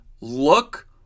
look